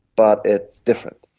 but it's different.